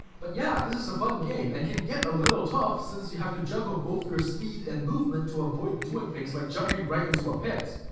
but yeah, this is a fun game, and can get a little tough since you have to juggle both your speed and movement to avoid doing things like jumping right into a pit.